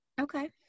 Okay